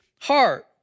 heart